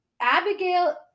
Abigail